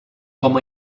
com